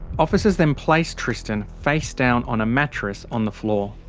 officers then place tristan face down on a mattress on the floor.